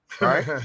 Right